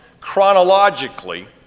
chronologically